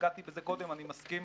נגעתי בזה קודם, אני מסכים